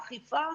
אכיפה,